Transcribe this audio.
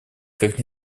как